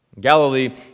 Galilee